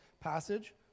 passage